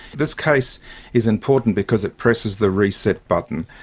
this case is important because it presses the reset button.